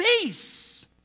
peace